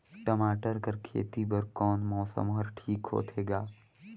टमाटर कर खेती बर कोन मौसम हर ठीक होथे ग?